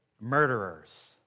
murderers